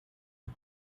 und